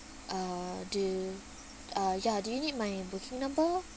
uh do uh ya do you need my booking number